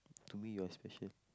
to me you are special